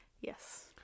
Yes